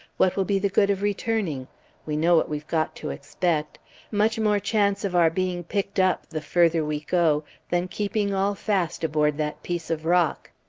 what will be the good of returning we know what we've got to expect much more chance of our being picked up the further we go than keeping all fast aboard that piece of rock